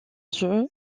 jeu